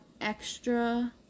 extra